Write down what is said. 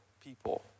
people